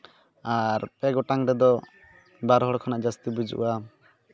ᱟᱨ ᱯᱮ ᱜᱚᱴᱟᱝ ᱨᱮᱫᱚ ᱵᱟᱨ ᱦᱚᱲ ᱠᱷᱚᱱᱟᱜ ᱡᱟᱥᱛᱤ ᱵᱩᱡᱩᱜᱼᱟ